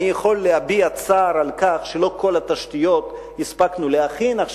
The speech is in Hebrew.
אני יכול להביע צער על כך שלא הספקנו להכין את כל התשתיות,